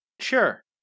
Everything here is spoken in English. Sure